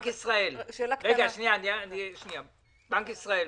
נציגי בנק ישראל,